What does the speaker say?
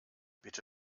bitte